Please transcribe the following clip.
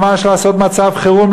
ממש לעשות מצב חירום,